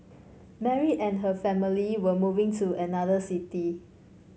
Mary and her family were moving to another city